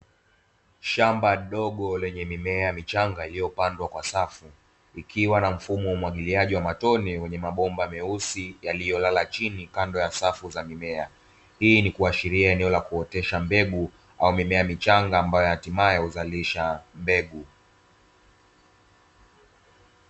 Shamba dogo lenye mimea michanga, iliyopandwa kwa safu ikiwa na mfumo wa umwagiliaji wa matone wenye mabomba meusi yaliyolala chini kando ya safu za mimea, hii ni kuashiria eneo la kuotesha mbegu au mimea michanga ambayo hatimae huzalisha mbegu.